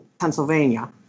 Pennsylvania